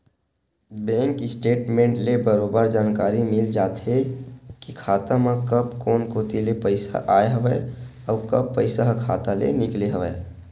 bank statement ले बरोबर जानकारी मिल जाथे के खाता म कब कोन कोती ले पइसा आय हवय अउ कब पइसा ह खाता ले निकले हवय